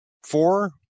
Four